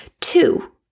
Two